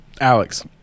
Alex